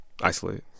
isolate